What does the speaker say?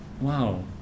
wow